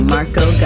Marco